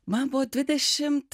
man buvo dvidešimt